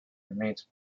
remains